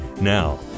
Now